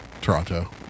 Toronto